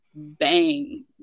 bang